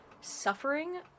suffering